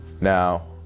Now